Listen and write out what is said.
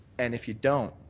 and if you don't,